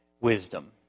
wisdom